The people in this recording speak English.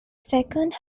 second